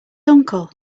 uncle